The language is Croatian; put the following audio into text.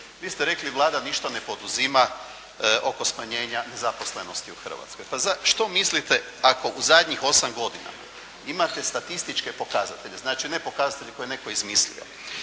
Vi ste rekli Vlada ništa ne poduzima oko smanjenja zaposlenosti u Hrvatskoj. Pa što mislite ako u zadnjih 8 godina imate statističke pokazatelje, znači ne pokazatelje koje je netko izmislio,